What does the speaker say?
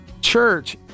church